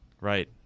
Right